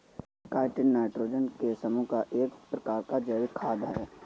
chitin nitrogen के समूह का एक प्रकार का जैविक खाद है